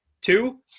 Two